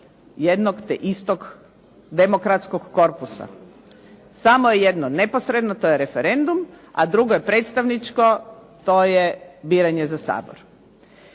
jednog te istog demokratskog korpusa. Samo je jedno neposredno to je referendum, a drugo je predstavničko to je biranje za Sabor.